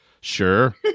Sure